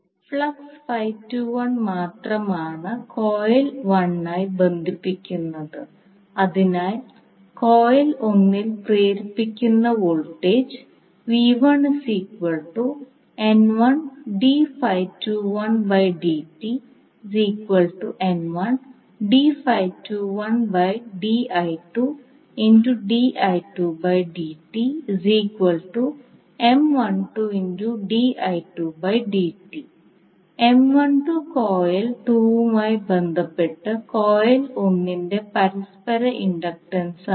flux മാത്രമാണ് coil 1 യി ബന്ധിപ്പിക്കുന്നത് അതിനാൽ കോയിൽ 1 ൽ പ്രേരിപ്പിക്കുന്ന വോൾട്ടേജ് കോയിൽ 2 മായി ബന്ധപ്പെട്ട് കോയിൽ 1 ന്റെ പരസ്പര ഇൻഡക്റ്റൻസാണ്